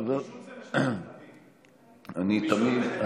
גמישות זה לשני הצדדים, אני, תמיד.